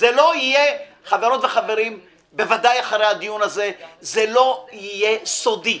חברות וחברים, איסור הצגה זה לא יהיה סודי.